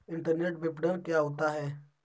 Internet विपणन क्या होता है?